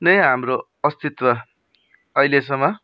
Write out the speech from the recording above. नै हाम्रो अस्तित्व अहिलेसम्म